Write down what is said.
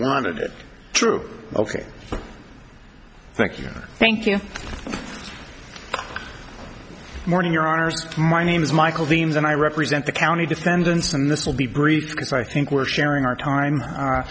wanted it true ok thank you or thank you morning your honour's my name is michael deems and i represent the county defendants and this will be brief because i think we're sharing our time